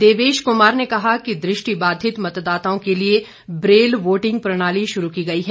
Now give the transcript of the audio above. देवेश कुमार ने कहा कि दृष्टि बाधित मतदाताओं के लिए ब्रेल वोटिंग प्रणाली शुरू की गई है